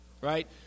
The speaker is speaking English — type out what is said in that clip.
right